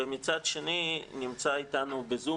ומצד שני נמצא איתנו בזום,